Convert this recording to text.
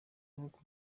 nkuko